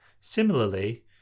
Similarly